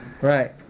Right